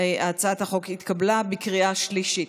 התקבלה בקריאה שלישית.